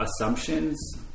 assumptions